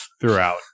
throughout